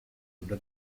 under